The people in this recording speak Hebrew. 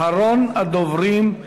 אחרון הדוברים,